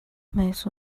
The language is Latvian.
mēs